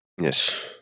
Yes